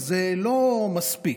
אבל זה לא מספיק.